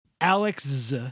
Alex